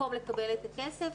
במקום לקבל את הכסף,